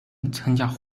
参加